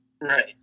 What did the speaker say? right